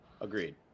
Agreed